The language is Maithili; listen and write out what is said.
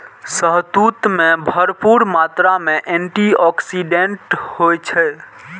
शहतूत मे भरपूर मात्रा मे एंटी आक्सीडेंट होइ छै